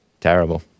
Terrible